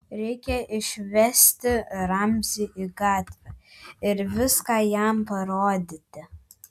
reikia išsivesti ramzį į gatvę ir viską jam parodyti